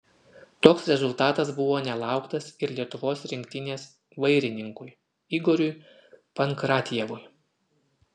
toks rezultatas buvo nelauktas ir lietuvos rinktinės vairininkui igoriui pankratjevui